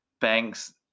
banks